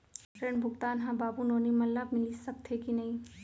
ऋण भुगतान ह बाबू नोनी मन ला मिलिस सकथे की नहीं?